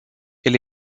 elle